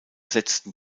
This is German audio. setzten